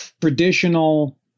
traditional